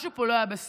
משהו פה לא היה בסדר.